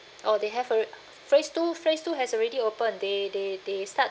oh they have al~ phase two phase two has already open they they they start